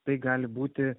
tai gali būti